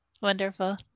Wonderful